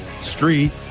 Street